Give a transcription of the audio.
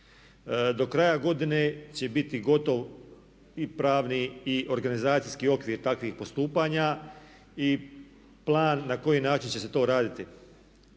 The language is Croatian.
Do kraja godine će biti gotov i pravni i organizacijski okvir takvih postupanja i plan na koji način će se to raditi.